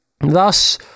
Thus